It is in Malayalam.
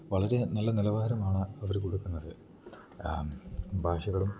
വളരേ നല്ല നിലവാരമാണ് അവർ കൊട്ക്ക്ന്നത് ഭാഷകളും